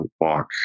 walk